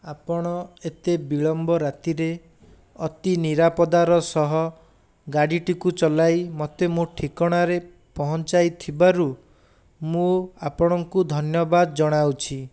ଆପଣ ଏତେ ବିଳମ୍ବ ରାତିରେ ଅତି ନିରାପଦାର ସହ ଗାଡ଼ିଟିକୁ ଚଲାଇ ମୋତେ ମୋ ଠିକଣାରେ ପହଞ୍ଚାଇ ଥିବାରୁ ମୁଁ ଆପଣଙ୍କୁ ଧନ୍ୟବାଦ ଜଣାଉଛି